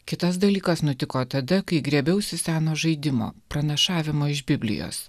kitas dalykas nutiko tada kai griebiausi seno žaidimo pranašavimo iš biblijos